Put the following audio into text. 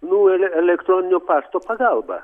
nu ele elektroninio pašto pagalba